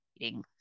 eating